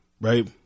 right